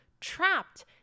trapped